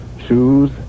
shoes